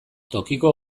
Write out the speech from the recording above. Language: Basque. tokiko